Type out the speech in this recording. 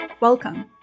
Welcome